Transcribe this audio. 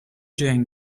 doing